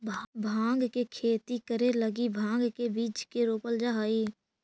भाँग के खेती करे लगी भाँग के बीज के रोपल जा हई